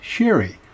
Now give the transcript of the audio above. Sherry